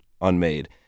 unmade